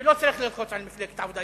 שלא צריך ללחוץ על מפלגת העבודה.